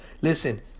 Listen